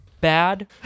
bad